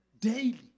daily